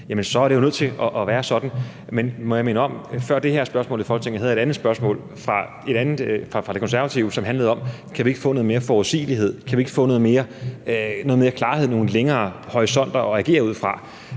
må jeg minde om, at jeg, før jeg fik det her spørgsmål i Folketinget, fik et andet spørgsmål fra De Konservative, som handlede om: Kan vi ikke få noget mere forudsigelighed? Kan vi ikke få noget mere klarhed og nogle længere horisonter at agere ud fra?